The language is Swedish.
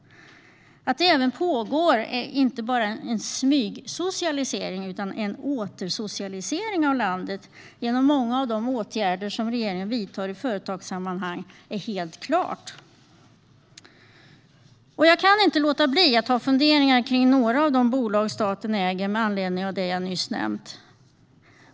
Att det även pågår inte bara en smygsocialisering utan en återsocialisering av landet genom många av de åtgärder som regeringen vidtar i företagssammanhang är helt klart. Jag kan inte låta bli att ha funderingar kring några av de bolag staten äger, med anledning av det jag nyss nämnt.